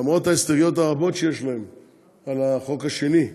למרות ההסתייגויות הרבות שיש להם לחוק השני,